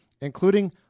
including